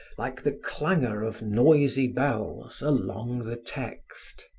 like the clangor of noisy bells, along the text.